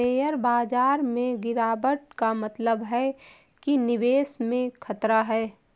share बाजार में गिराबट का मतलब है कि निवेश में खतरा है